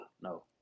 no